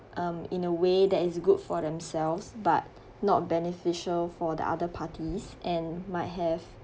um in a way that is good for themselves but not beneficial for the other parties and might have